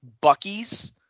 Bucky's